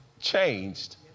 changed